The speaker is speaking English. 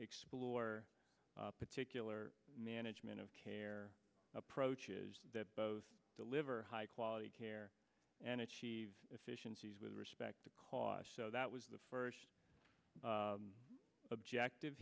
explore particular management of care approaches that both deliver high quality care and achieve efficiencies with respect to cost so that was the first objective